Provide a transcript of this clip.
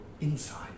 inside